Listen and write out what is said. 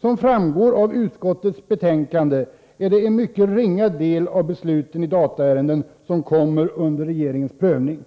Som framgår av utskottets betänkande är det en mycket ringa del av besluten i dataärenden som kommer under regeringens prövning.